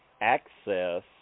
access